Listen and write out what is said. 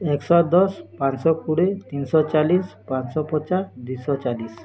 ଏକ ଶହ ଦଶ ପାଞ୍ଚ ଶହ କୋଡ଼ିଏ ତିନି ଶହ ଚାଳିଶି ପାଞ୍ଚ ଶହ ପଚାଶ ଦୁଇ ଶହ ଚାଳିଶି